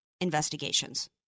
investigations